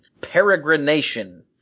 Peregrination